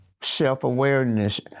Self-awareness